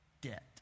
debt